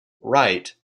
wright